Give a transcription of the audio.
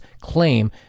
claim